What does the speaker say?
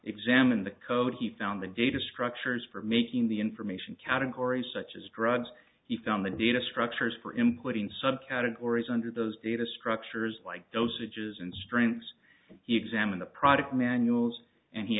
examined the code he found the data structures for making the information categories such as drugs he found the data structures for him putting subcategories under those data structures like dosages and strengths he examined the product manuals and he